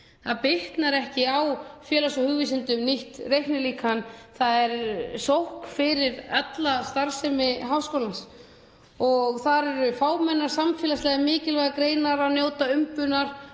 bitnar ekki á félags- og hugvísindum. Það er sókn fyrir alla starfsemi háskólans. Þar eru fámennar samfélagslega mikilvægar greinar að njóta umbunar